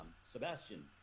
Sebastian